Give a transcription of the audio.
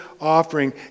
offering